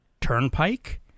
Turnpike